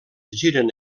giren